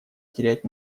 терять